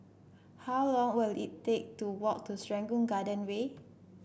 how long will it take to walk to Serangoon Garden Way